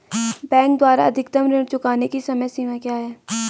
Bank द्वारा अधिकतम ऋण चुकाने की समय सीमा क्या है?